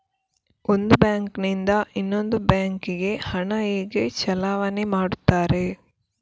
ಒಂದು ಬ್ಯಾಂಕ್ ನಿಂದ ಇನ್ನೊಂದು ಬ್ಯಾಂಕ್ ಗೆ ಹಣ ಹೇಗೆ ಚಲಾವಣೆ ಮಾಡುತ್ತಾರೆ?